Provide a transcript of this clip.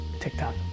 TikTok